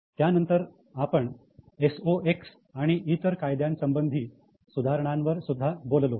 त्यानंतर आपण S O X आणि इतर कायद्या संबंधी सुधारणांवर सुद्धा बोललो